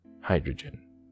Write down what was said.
hydrogen